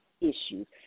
issues